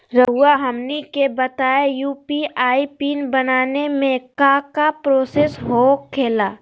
रहुआ हमनी के बताएं यू.पी.आई पिन बनाने में काका प्रोसेस हो खेला?